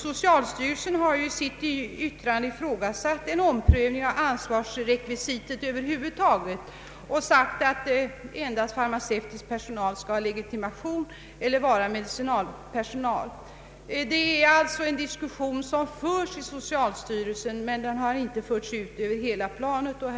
Socialstyrelsen har i sitt remissyttrande ifrågasatt en omprövning av ansvarsfördelningen över huvud taget och framfört att endast farmaceutisk personal skall ha legitimation eller vara medicinpersonal. Det är således en diskussion som förs i socialstyrelsen, men den har inte förts fram till utredningen på annat sätt.